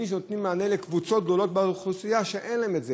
בלי שנותנים מענה לקבוצות גדולות באוכלוסייה שאין להן.